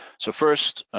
so first,